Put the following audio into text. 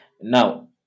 Now